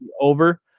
over